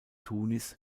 tunis